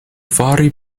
fari